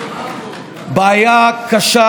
בעיה קשה,